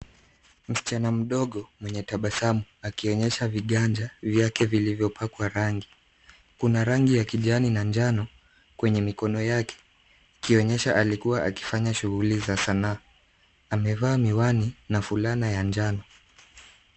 Msichana mdogo mwenye tabasamu akionyesha viganja vyake vilivyopakwa rangi. Kuna rangi ya kijani na njano kwenye mikono yake, ikionyesha alikuwa akifanya shughuli za sanaa. Amefaa miwani na fulana ya njano.